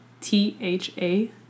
T-H-A